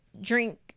drink